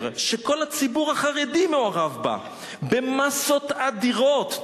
שכל הציבור החרדי מעורב בה במאסות אדירות,